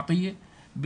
עאפייה,